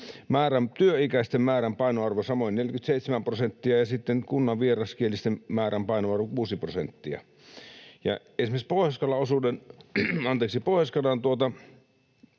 työikäisten määrän painoarvo samoin 47 prosenttia ja sitten kunnan vieraskielisten määrän painoarvo 6 prosenttia, ja esimerkiksi Pohjois-Karjalan